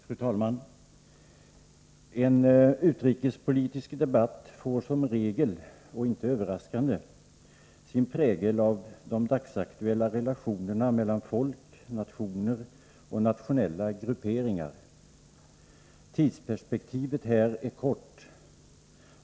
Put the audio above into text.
Fru talman! En utrikespolitisk debatt får som regel — och icke överraskande — sin prägel av de dagsaktuella relationerna mellan folk, nationer och nationella grupperingar. Tidsperspektivet här är kort.